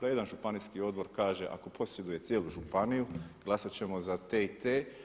Da jedan županijski odbor kaže ako posjeduje cijelu županiju glasati ćemo za te i te.